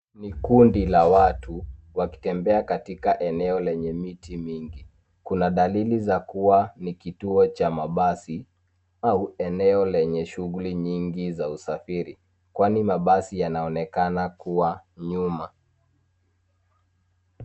Ni kundi la watu wakitembea katika eneo lenye miti mingi. Kuna dalili za kuwa ni kituo cha mabasi, au eneo lenye shughuli nyingi za usafiri; kwani mabasi yanaonekana kuwa nyuma.